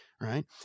right